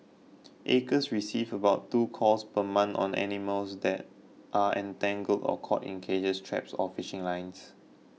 acres receive about two calls per month on animals that are entangled or caught in cages traps or fishing lines